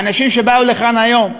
האנשים שבאו לכאן היום,